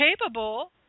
capable